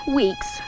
weeks